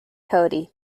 cody